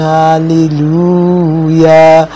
hallelujah